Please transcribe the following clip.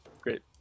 great